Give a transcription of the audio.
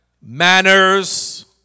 Manners